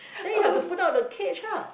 then you have to put down the cage lah